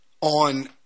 on